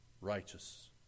righteous